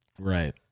Right